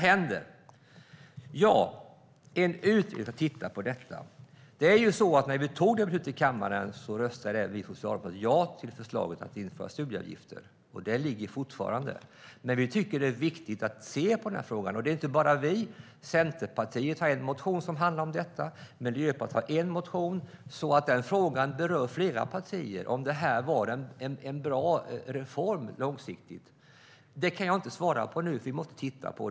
Ja, en utredning ska titta på detta. När vi tog det beslutet i kammaren röstade vi socialdemokrater ja till förslaget om att införa studieavgifter. Det ligger fortfarande. Men vi tycker att det är viktigt att se på den frågan. Det är inte bara vi som gör det. Centerpartiet har en motion som handlar om detta. Miljöpartiet har en motion. Den frågan berör flera partier. Är det här en bra reform långsiktigt? Det kan jag inte svara på nu. Vi måste titta på det.